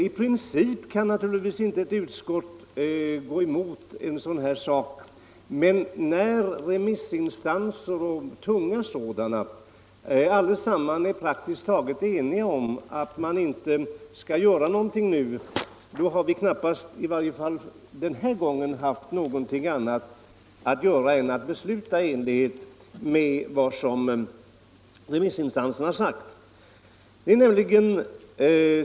I princip kan naturligtvis inte ett utskott gå emot en sådan här sak, men när praktiskt taget alla tunga remissinstanser är eniga om att man inte skall göra någonting nu, har vi i varje fall den här gången knappast haft någonting annat att göra än att besluta i enlighet med vad remissinstanserna har sagt.